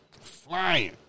Flying